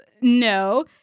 no